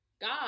God